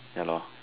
ya lor